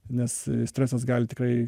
nes stresas gali tikrai